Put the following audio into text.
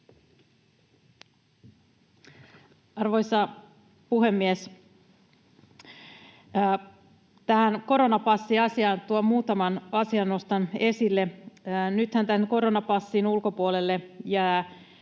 Arvoisa puhemies! Tähän koronapassiasiaan muutaman asian nostan esille. Nythän tämän koronapassin ulkopuolelle jäävät